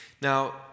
Now